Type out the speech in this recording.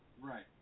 Right